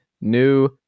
new